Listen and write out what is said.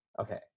okay